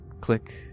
Click